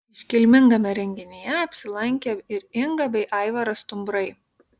iškilmingame renginyje apsilankė ir inga bei aivaras stumbrai